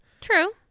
True